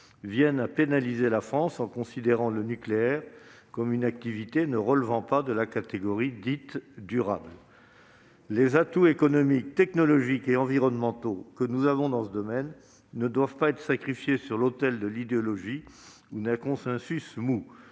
vienne à pénaliser la France en classant le nucléaire parmi les activités ne relevant pas de la catégorie dite durable. Absolument ! Les atouts économiques, technologiques et environnementaux dont nous disposons dans ce domaine ne doivent pas être sacrifiés sur l'autel de l'idéologie ou d'un consensus mou.